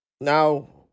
now